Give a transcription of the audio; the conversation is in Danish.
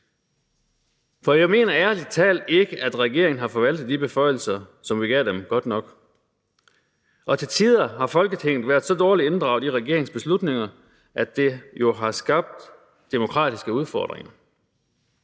for jeg mener ærlig talt ikke, at regeringen har forvaltet de beføjelser, som vi gav den, godt nok. Til tider har Folketinget været så dårligt inddraget i regeringens beslutninger, at det jo har skabt demokratiske udfordringer.